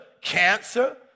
cancer